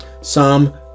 Psalm